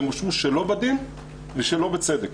והם אושרו שלא בדין ושלא בצדק.